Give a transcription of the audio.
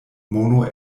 mono